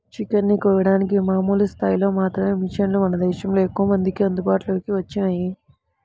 chicken ని కోయడానికి మామూలు స్థాయిలో మాత్రమే మిషన్లు మన దేశంలో ఎక్కువమందికి అందుబాటులోకి వచ్చినియ్యి